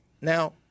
Now